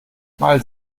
mal